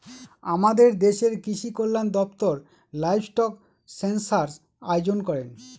আমাদের দেশের কৃষিকল্যান দপ্তর লাইভস্টক সেনসাস আয়োজন করেন